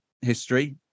history